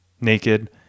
naked